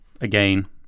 again